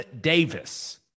Davis